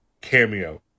cameo